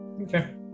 Okay